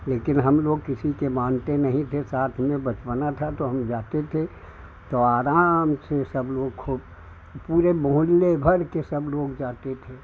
लेकिन हम लोग किसी के मानते नहीं थे साथ में बचपना था तो हम जाते थे तो आराम से सब लोग खूब पूरे मोहल्ले भर के सब लोग जाते थे